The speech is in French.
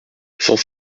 cent